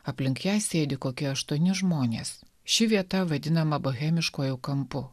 aplink ją sėdi kokie aštuoni žmonės ši vieta vadinama bohemiškuojo kampu